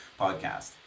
podcast